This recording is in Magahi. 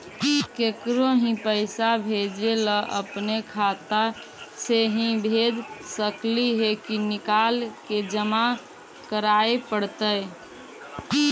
केकरो ही पैसा भेजे ल अपने खाता से ही भेज सकली हे की निकाल के जमा कराए पड़तइ?